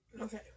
Okay